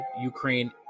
Ukraine